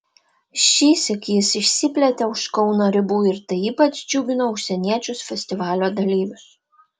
šįsyk jis išsiplėtė už kauno ribų ir tai ypač džiugino užsieniečius festivalio dalyvius